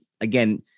Again